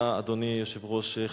אדוני היושב-ראש,